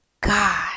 God